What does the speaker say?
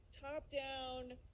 top-down